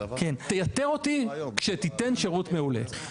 תייתר אותי כשתיתן שירות מעולה.